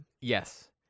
Yes